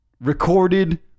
Recorded